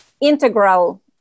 integral